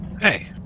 Hey